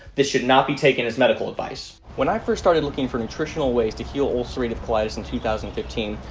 this should not be taken as medical advice. when i first started looking for nutritional ways to heal ulcerative colitis in two thousand and fifteen,